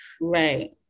Right